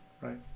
Right